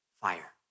fire